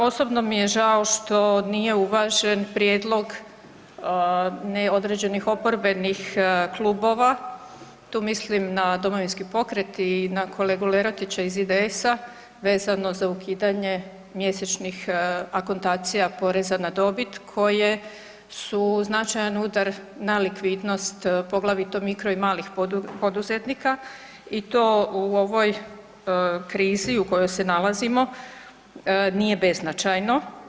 Osobno mi je žao što nije uvažen prijedlog određenih oporbenih klubova, tu mislim na Domovinski pokret i na kolegu Lerotića iz IDS-a vezano za ukidanje mjesečnih akontacija poreza na dobit koje su značajan udar na likvidnost poglavito mikro i malih poduzetnika i to u ovoj krizi u kojoj se nalazimo nije beznačajno.